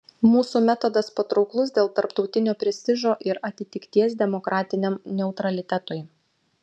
mūsų metodas patrauklus dėl tarptautinio prestižo ir atitikties demokratiniam neutralitetui